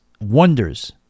wonders